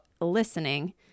listening